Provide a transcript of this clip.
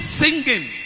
singing